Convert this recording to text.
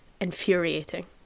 infuriating